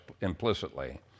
implicitly